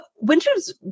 winter's